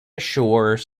ashore